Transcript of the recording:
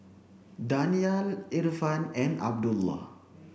Danial Irfan and Abdullah